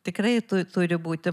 tikrai tu turi būti